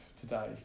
today